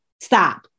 stop